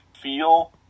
feel